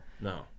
no